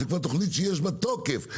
זו כבר תכנית שיש בה תוקף,